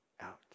out